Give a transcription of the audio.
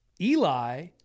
Eli